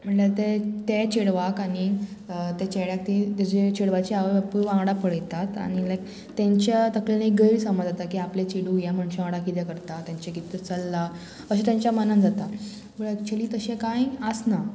म्हणल्यार ते ते चेडवाक आनी ते चेड्याक ती तेजे चेडवाची आवय बापूय वांगडा पळयतात आनी लायक तेंच्या तकलेंत गैरसमज जाता की आपले चेडूं ह्या मनशां वांगडा कितें करता तेंचे कितें चल्लां अशें तेंच्या मनांत जाता पूण एक्चुली तशें कांय आसना